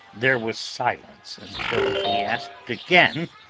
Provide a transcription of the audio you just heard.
there was silence until he asked again